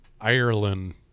Ireland